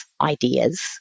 ideas